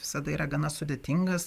visada yra gana sudėtingas